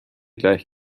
gleich